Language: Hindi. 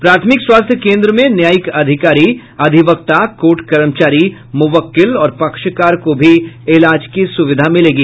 प्राथमिक स्वास्थ्य केंद्र में न्यायिक अधिकारी अधिवक्ता कोर्ट कर्मचारी मुवक्किल और पक्षकार को भी इलाज की सुविधा मिलेगी